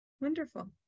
Wonderful